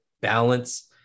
balance